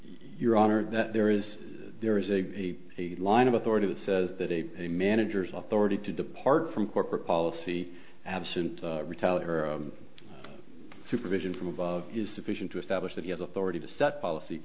your honor that there is there is a line of authority that says that a managers of the ready to depart from corporate policy absent retailer supervision from above is sufficient to establish that he has authority to set policy